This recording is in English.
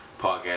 podcast